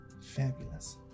Fabulous